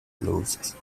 loose